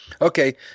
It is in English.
okay